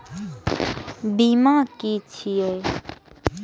बीमा की छी ये?